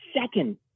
second